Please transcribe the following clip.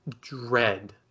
dread